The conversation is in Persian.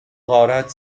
غارت